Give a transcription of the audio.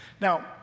Now